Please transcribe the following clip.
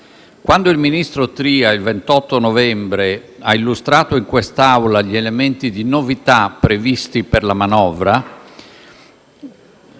Quando il ministro Tria, il 28 novembre, ha illustrato in quest'Aula gli elementi di novità previsti per la manovra